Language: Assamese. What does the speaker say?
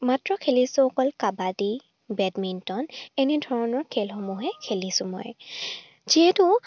মাত্ৰ খেলিছোঁ অকল কাবাডী বেডমিণ্টন এনেধৰণৰ খেলসমূহহে খেলিছোঁ মই যিহেতু